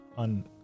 On